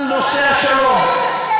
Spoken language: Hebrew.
על נושא השלום.